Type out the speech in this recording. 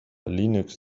linux